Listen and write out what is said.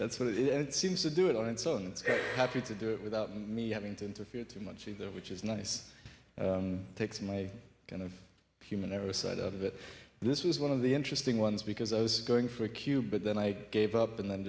that's what it seems to do it on its own happy to do it without me having to interfere too much either which is nice takes my kind of human error side of it this was one of the interesting ones because i was going for a q but then i gave up and then